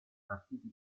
partiti